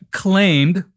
claimed